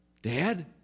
Dad